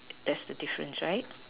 that's the difference right